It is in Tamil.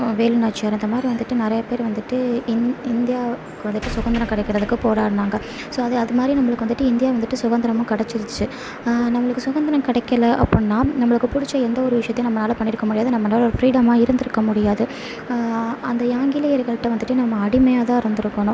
வேலுநாச்சியார் அந்த மாதிரி வந்துவிட்டு நிறையா பேர் வந்துவிட்டு இந் இந்தியா வந்துவிட்டு சுதந்திரம் கிடைக்கிறதுக்கு போராடுனாங்க ஸோ அது அது மாதிரி நம்மளுக்கு வந்துவிட்டு இந்தியா வந்துவிட்டு சுதந்திரமும் கிடச்சிருச்சி நம்மளுக்கு சுதந்திரம் கிடைக்கல அப்புன்னா நம்மளுக்கு பிடிச்ச எந்த ஒரு விஷயத்தையும் நம்மளால் பண்ணி இருக்க முடியாது நம்மளால் ஒரு ஃப்ரீடமாக இருந்து இருக்க முடியாது அந்த ஆங்கிலேயர்கள்கிட்ட வந்துவிட்டு நம்ம அடிமையாக தான் இருந்து இருக்கணும்